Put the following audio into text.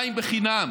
מים בחינם,